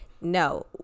No